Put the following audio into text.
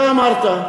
ואמרת: